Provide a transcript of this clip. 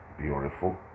beautiful